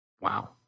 wow